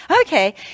okay